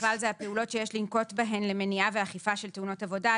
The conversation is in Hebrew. ובכלל זה הפעולות שיש לנקוט בהן למניעה ואכיפה של תאונות העבודה,